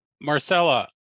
Marcella